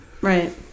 Right